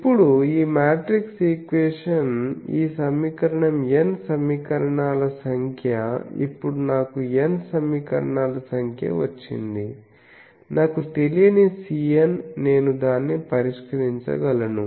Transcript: ఇప్పుడు ఈ matrix equation ఈ సమీకరణం n సమీకరణాల సంఖ్య ఇప్పుడు నాకు n సమీకరణాల సంఖ్య వచ్చింది నాకు తెలియని Cn నేను దాన్ని పరిష్కరించగలను